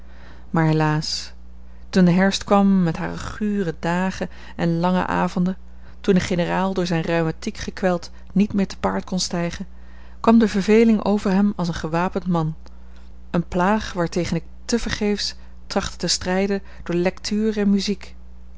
maar helaas toen de herfst kwam met hare gure dagen en lange avonden toen de generaal door zijne rheumatiek gekweld niet meer te paard kon stijgen kwam de verveling over hem als een gewapend man eene plaag waartegen ik te vergeefs trachtte te strijden door lectuur en muziek